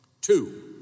Two